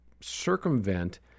circumvent